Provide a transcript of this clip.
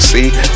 See